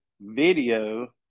video